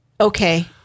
okay